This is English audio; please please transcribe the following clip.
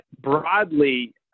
broadly